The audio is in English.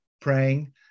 praying